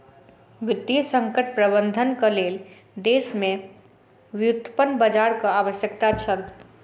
वित्तीय संकट प्रबंधनक लेल देश में व्युत्पन्न बजारक आवश्यकता छल